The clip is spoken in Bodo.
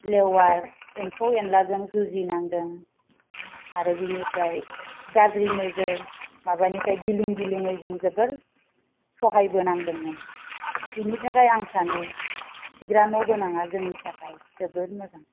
लेवार एम्फौ एनलाजों जुजिनांदों आरो बिनिफ्राय गाज्रि नोजोर माबानिफ्राय गिलुं गिलुंहै जों जोबोर सहायबोनांदोंमोन बिनि थाखाय आं सानो खिग्रा न' गोनांआ जोंनि थाखाय जोबोर मोजां